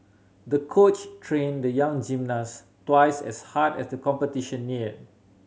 the coach trained the young gymnast twice as hard as the competition neared